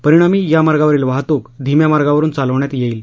परिणामी या मार्गावरील वाहतूक धीम्या मार्गावरून चालवण्यात येईल